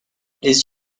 les